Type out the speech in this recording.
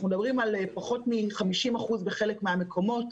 אנחנו מדברים על פחות מ-50% בחלק מהמקומות.